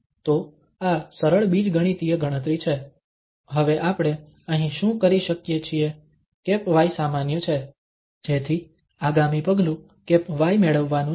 તો આ સરળ બીજગણિતીય ગણતરી છે હવે આપણે અહીં શું કરી શકીએ છીએ y સામાન્ય છે જેથી આગામી પગલું y મેળવવાનું છે